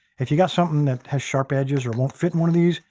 if you got something that has sharp edges or won't fit in one of these,